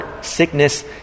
sickness